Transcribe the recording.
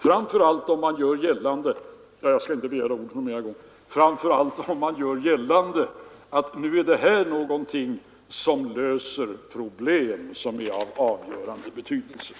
Framför allt om man gör gällande att det här är någonting som på ett avgörande sätt löser problemen.